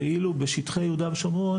ואילו בשטחי יהודה ושומרון,